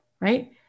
Right